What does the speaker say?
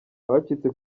abacitse